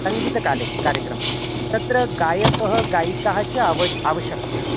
सङ्गीतकाले कार्यक्रमः तत्र गायकः गायिकाः च अवद् आवश्यक्यः